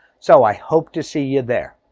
so i hope to see you there.